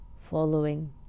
following